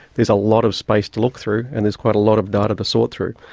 there's a lot of space to look through, and there's quite a lot of data to sort through.